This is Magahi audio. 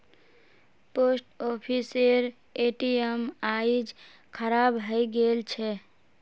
पोस्ट ऑफिसेर ए.टी.एम आइज खराब हइ गेल छ